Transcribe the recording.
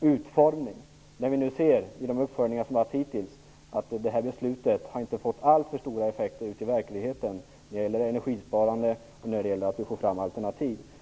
utformning. Genom de uppföljningar som hittills har gjorts kan vi nu se att beslutet inte har fått alltför stora effekter ute i verkligheten när det gäller energisparande och när det gäller att få fram alternativ.